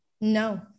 no